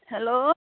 hello